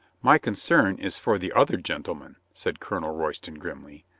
my concern is for the other gentleman, said colonel royston grimly.